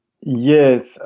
Yes